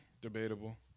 Debatable